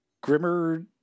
Grimmer